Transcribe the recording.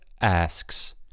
asks